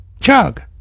Chug